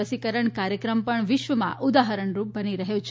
રસીકરણ કાર્યક્રમ પણ વિશ્વમાં ઉદાહરણરૂપ બની રહ્યો છે